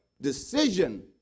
decision